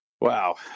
Wow